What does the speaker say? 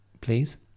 please